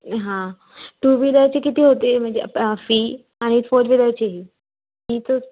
हां टू व्हिलरची किती होते म्हणजे फी आणि फोर व्हिलरचीही फीच